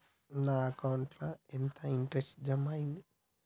నా అకౌంట్ ల ఎంత ఇంట్రెస్ట్ జమ అయ్యింది?